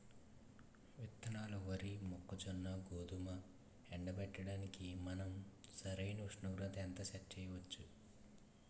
విత్తనాలు వరి, మొక్కజొన్న, గోధుమలు ఎండబెట్టడానికి మనం సరైన ఉష్ణోగ్రతను ఎంత సెట్ చేయవచ్చు?